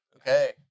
Okay